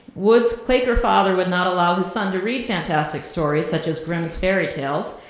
wood's quaker father would not allow his son to read fantastic stories, such as grimm's fairy tales,